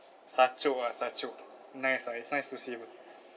sachok ah sachok nice ah it's nice to see but